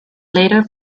later